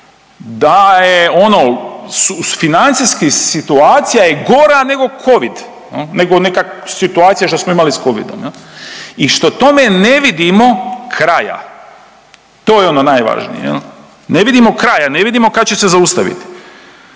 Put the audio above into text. da je ono, financijski situacija je gora nego covid jel, nego neka situacija što smo imali s covidom jel i što tome ne vidimo kraja, to je ono najvažnije jel, ne vidimo kraja, ne vidimo kad će se zaustaviti.